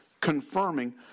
confirming